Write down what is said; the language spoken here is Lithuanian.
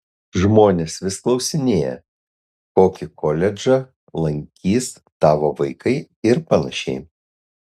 žmonės vis klausinėja kokį koledžą lankys tavo vaikai ir panašiai